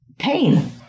pain